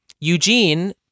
Eugene